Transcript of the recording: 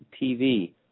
TV